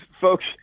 folks